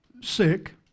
sick